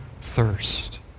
thirst